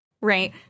right